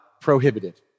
prohibited